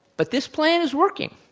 but this plan is working.